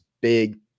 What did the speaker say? big